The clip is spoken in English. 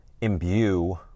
imbue